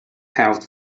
held